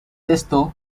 esto